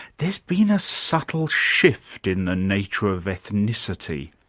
there's been a subtle shift in the nature of ethnicity,